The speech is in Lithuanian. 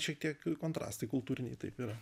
šiek tiek kontrastai kultūriniai taip yra